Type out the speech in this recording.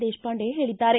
ದೇಶಪಾಂಡೆ ಹೇಳಿದ್ದಾರೆ